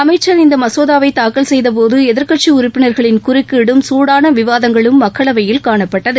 அமைச்சர் இந்தமசோதாவைதாக்கல் செய்தபோது எதிர்க்கட்சிஉறுப்பினர்களின் குறுக்கீடும் சூடானவிவாதங்களும் மக்களவையில் காணப்பட்டது